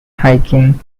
hiking